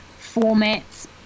formats